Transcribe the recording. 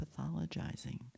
pathologizing